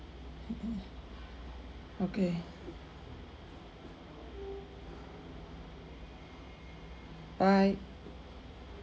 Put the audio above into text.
mm okay bye